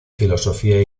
filosofía